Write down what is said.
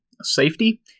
Safety